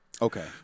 Okay